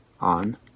on